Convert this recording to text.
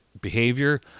behavior